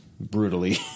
brutally